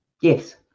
Yes